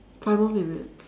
five more minutes